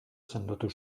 sendotu